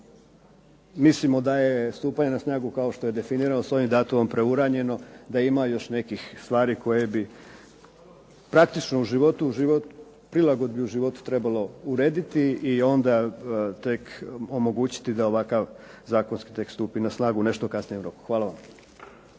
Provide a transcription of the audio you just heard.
mislimo da je stupanje na snagu kao što je definirano s ovim datumom preuranjeno, da ima još nekih stvari praktično prilagodbi u životu trebalo urediti i onda tek omogućiti da ovakav zakonski tekst stupi na snagu nešto u kasnijem roku. Hvala vam.